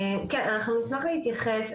אנחנו נשמח להתייחס.